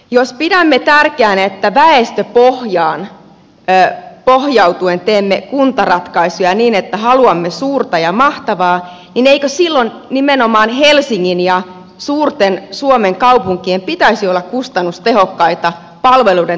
jos pidämme tärkeänä että väestöpohjaan pohjautuen teemme kuntaratkaisuja niin että haluamme suurta ja mahtavaa niin eikö silloin nimenomaan helsingin ja suomen suurten kaupunkien pitäisi olla kustannustehokkaita palveluiden tuottajia